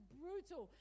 brutal